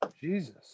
Jesus